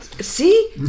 See